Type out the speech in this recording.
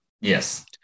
Yes